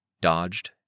dodged